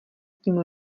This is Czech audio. tím